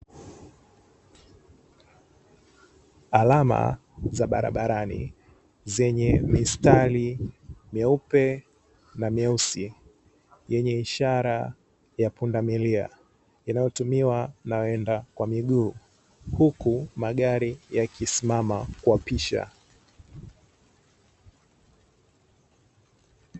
Alama za barabarani, zenye mistari meupe na meusi, yenye ishara ya pundamilia inayotumiwa na wenda kwa miguu, huku magari yakisimama kuwapisha.